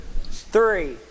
three